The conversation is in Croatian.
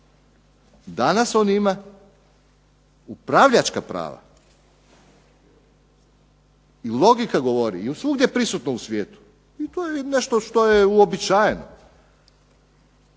Danas on ima upravljačka prava i logika govori i svugdje je prisutno u svijetu i to je nešto što je uobičajeno,